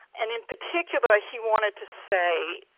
and in particular he wanted to say,